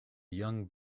young